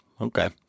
Okay